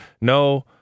no